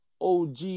OG